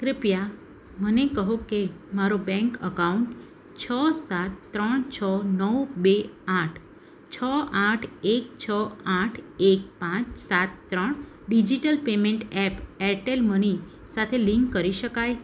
કૃપયા મને કહો કે મારો બેંક એકાઉન્ટ છ સાત ત્રણ છ નવ બે આઠ છ આઠ એક છ આઠ એક પાંચ સાત ત્રણ digital payment app Airtel money સાથે લિંક કરી શકાય